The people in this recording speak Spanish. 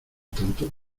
tanto